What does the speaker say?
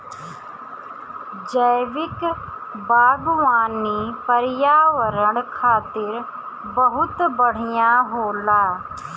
जैविक बागवानी पर्यावरण खातिर बहुत बढ़िया होला